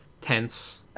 tense